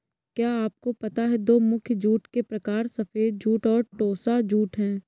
क्या आपको पता है दो मुख्य जूट के प्रकार सफ़ेद जूट और टोसा जूट है